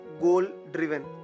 goal-driven